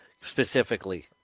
specifically